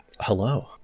Hello